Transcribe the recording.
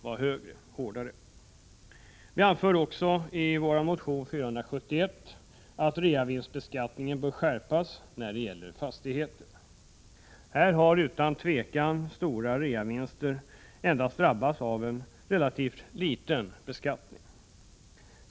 Vi anför också i vår motion 471 att reavinstbeskattningen bör skärpas när det gäller fastigheter. Här har utan tvivel stora reavinster endast drabbats av relativt liten beskattning.